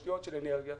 בתשתיות של אנרגיה.